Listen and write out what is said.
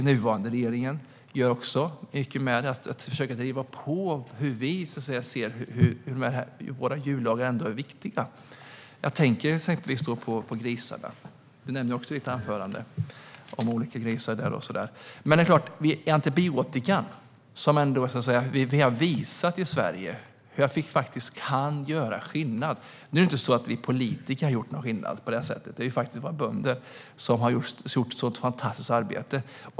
Den nuvarande regeringen gör också mycket för att försöka driva på och visa hur viktiga våra djurlagar är. Jag tänker då exempelvis på grisarna, som Jens Holm också nämnde. Vad gäller antibiotika har vi i Sverige visat att vi faktiskt kan göra skillnad. Nu är det inte så att vi politiker har gjort någon skillnad på det sättet. Det är faktiskt våra bönder som har gjort ett fantastiskt arbete.